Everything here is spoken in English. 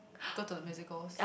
go to the musicals